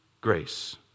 grace